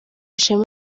ishema